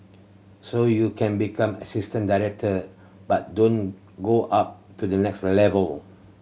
so you can become assistant director but don't go up to the next level